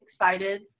excited